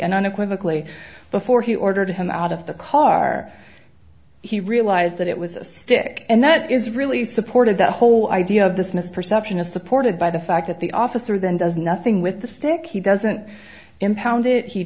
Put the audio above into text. and unequivocally before he ordered him out of the car he realized that it was a stick and that is really supported the whole idea of this misperception is supported by the fact that the officer then does nothing with the stick he doesn't impound